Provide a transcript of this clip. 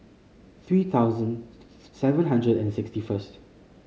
three thousand seven hundred and sixty first